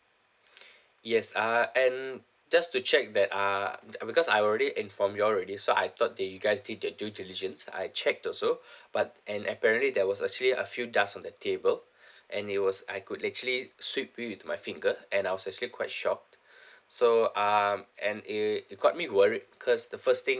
yes uh and just to check that uh be~ because I already informed you all already so I thought that you guys did your due diligence I checked also but and apparently there was actually a few dust on the table and it was I could actually sweep it with my finger and I was actually quite shocked so um and it it got me worried cause the first thing